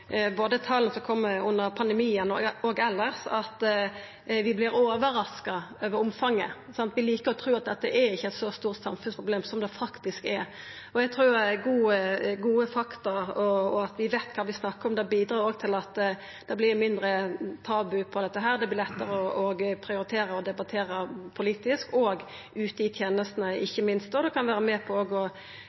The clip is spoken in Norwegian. som kjem under pandemien og elles, at vi vert overraska over omfanget. Vi liker å tru at dette ikkje er eit så stort samfunnsproblem som det faktisk er, og eg trur at gode fakta og at vi veit kva vi snakkar om, òg bidreg til at det vert mindre tabu om dette; det vert lettare å prioritera og debattera politisk og – ikkje minst – ute i tenestene. Det kan òg vera med på det som er hovudpoenget her: å